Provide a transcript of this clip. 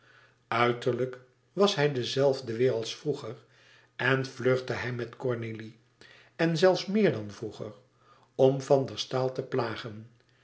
uiterlijk was hij de zelfde weêr als vroeger en vluchtte hij met cornélie en zelfs meer dan vroeger om van der staal te plagen